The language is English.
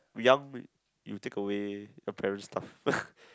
young we you take away your parents stuff